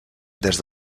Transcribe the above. des